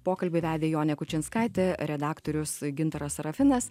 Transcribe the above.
pokalbį vedė jonė kučinskaitė redaktorius gintaras sarafinas